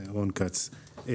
קודם כל זה היה מאוד מעניין.